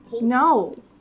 No